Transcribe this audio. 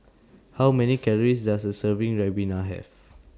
How Many Calories Does A Serving Ribena Have